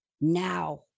Now